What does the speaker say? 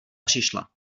přišla